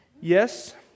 Yes